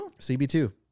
CB2